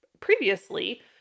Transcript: previously